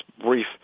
brief